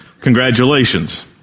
Congratulations